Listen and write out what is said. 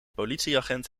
politieagent